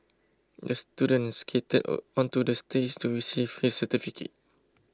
the student skated onto the stage to receive his certificate